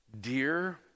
dear